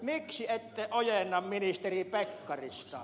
miksi ette ojenna ministeri pekkarista